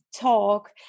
talk